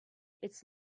its